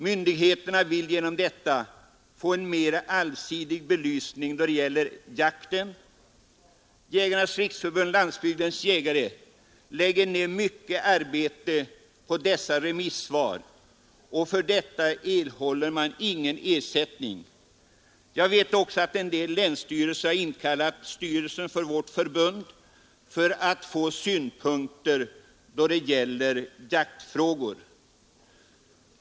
Myndigheterna vill genom detta få en mera allsidig belysning av frågor som gäller jakten. Jägarnas riksförbund-Landsbygdens jägare lägger ned mycket arbete på dessa remissvar, och för detta erhåller förbundet ingen ersättning. Jag vet också att en del länsstyrelser har inkallat länsavdelningarnas styrelse för vårt förbund för att få synpunkter på jaktvårdsfrågor.